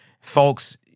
Folks